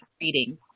reading